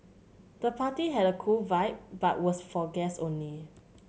the party had a cool vibe but was for guests only